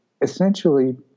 essentially